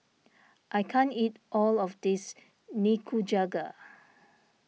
I can't eat all of this Nikujaga